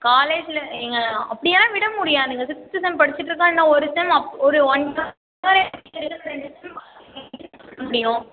காலேஜில் ஏங்க அப்படிலாம் விட முடியாதுங்க சிக்ஸ்த்து செம் படிச்சிட்ருக்கான் இன்னும் ஒரு செம் அப் ஒரு ஒன் இயர் இருந்தால் தான் டிகிரி கொடுக்க முடியும்